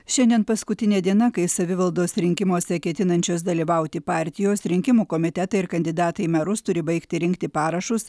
šiandien paskutinė diena kai savivaldos rinkimuose ketinančios dalyvauti partijos rinkimų komitetai ir kandidatai į merus turi baigti rinkti parašus